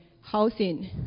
housing